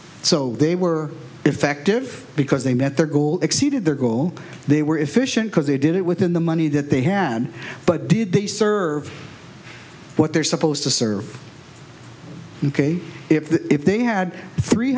so they were effective because they met their goal exceeded their goal they were efficient because they did it within the money that they had but did they serve what they're supposed to serve ok if the if they had three